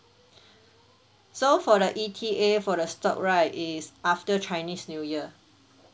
so for the E_T_A for the stock right is after chinese new year